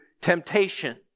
temptation